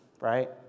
right